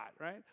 right